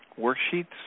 worksheets